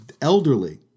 Elderly